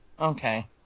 Okay